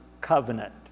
covenant